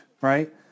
right